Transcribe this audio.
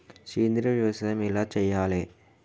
సేంద్రీయ వ్యవసాయం ఎలా చెయ్యాలే?